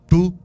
Two